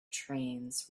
trains